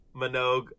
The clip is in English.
minogue